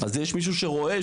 אז יש מישהו שרואה,